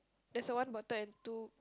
there's a one bottle and two